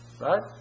Right